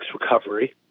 recovery